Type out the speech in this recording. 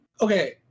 okay